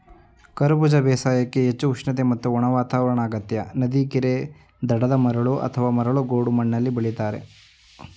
ಕರಬೂಜ ಬೇಸಾಯಕ್ಕೆ ಹೆಚ್ಚು ಉಷ್ಣತೆ ಮತ್ತು ಒಣ ವಾತಾವರಣ ಅಗತ್ಯ ನದಿ ಕೆರೆ ದಡದ ಮರಳು ಅಥವಾ ಮರಳು ಗೋಡು ಮಣ್ಣಲ್ಲಿ ಬೆಳೆಸ್ತಾರೆ